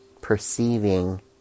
perceiving